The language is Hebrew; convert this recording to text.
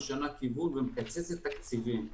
משנה כיוון ומקצצת תקציבים.